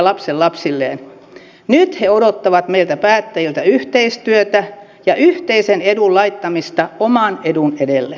nyt he odottavat meiltä päättäjiltä yhteistyötä ja yhteisen edun laittamista oman edun edelle